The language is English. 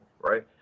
right